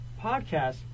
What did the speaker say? podcast